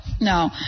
No